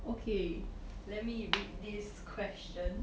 okay let me read this question